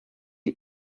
you